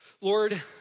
Lord